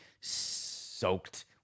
soaked